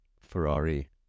Ferrari